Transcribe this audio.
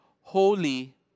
holy